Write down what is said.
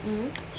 mm